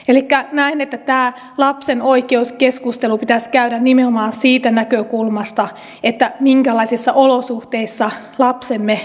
elikkä näen että tämä keskustelu lapsen oikeuksista pitäisi käydä nimenomaan siitä näkökulmasta minkälaisissa olosuhteissa lapsemme kasvavat